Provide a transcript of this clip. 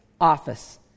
office